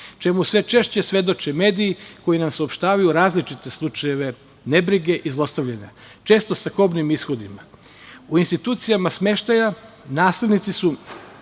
čemu sve češće svedoče mediji koji nam saopštavaju različite slučajeve nebrige i zlostavljanja često sa kobnim ishodima.U institucijama smeštaja nasilnici su